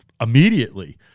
immediately